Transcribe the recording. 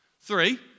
Three